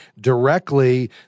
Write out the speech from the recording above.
directly